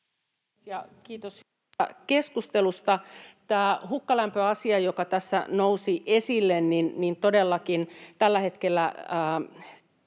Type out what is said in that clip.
hyvästä keskustelusta! Tämä hukkalämpöasia, joka tässä nousi esille: Todellakin tällä hetkellä